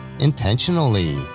intentionally